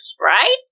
Right